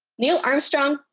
neil armstrong,